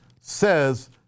says